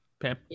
Pam